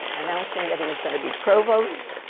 announcing that he was going to be provost.